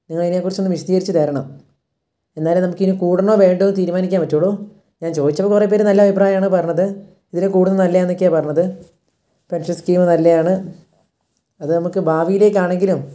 നിങ്ങളതിനെക്കുറിച്ചൊന്ന് വിശദീകരിച്ചു തരണം എന്നാലെ നമുക്കിനി കൂടണോ വേണ്ടയോ തീരുമാനിക്കാൻ പറ്റുള്ളൂ ഞാൻ ചോദിച്ചപ്പോൾ കുറേ പേർ നല്ല അഭിപ്രായമാണ് പറഞ്ഞത് ഇതിൽ കൂടുന്നത് നല്ലതാണെന്നൊക്കെയാണ് പറഞ്ഞത് പെൻഷൻ സ്കീമ് നല്ലതാണ് അത് നമുക്ക് ഭാവിയിലേക്കാണെങ്കിലും